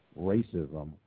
racism